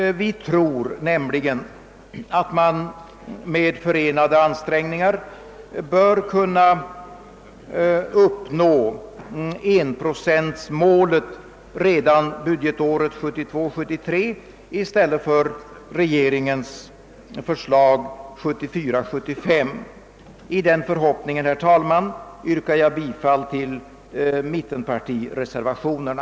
Vi tror nämligen att man med förenade ansträngningar bör kunna uppnå enprocentmålet redan budgetåret 1972 75. I den förhoppningen, herr talman, yrkar jag bifall till mittenpartireservationerna.